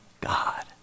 God